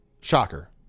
Shocker